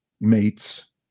mates